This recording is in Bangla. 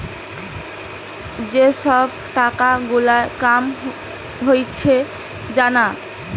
যেই সব টাকা গুলার কাম হয়েছে জানা